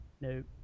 Nope